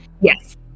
Yes